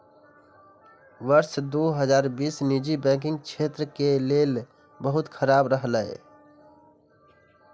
वर्ष दू हजार बीस निजी बैंकिंग क्षेत्र के लेल बहुत खराब रहलै